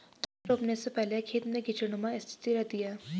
धान रोपने के पहले खेत में कीचड़नुमा स्थिति रहती है